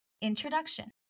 Introduction